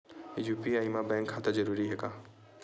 UPI मा bank खाता जरूरी हे?